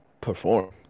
perform